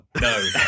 no